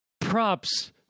props